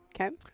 Okay